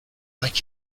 like